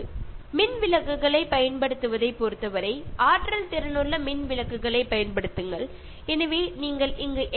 Refer Slide Time 2619 மின்விளக்குகளைப் பயன்படுத்துவதைப் பொறுத்தவரை ஆற்றல் திறனுள்ள மின்விளக்குகளைப் பயன்படுத்துங்கள் எனவே நீங்கள் இங்கு எல்